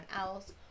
else